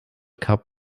cup